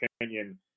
opinion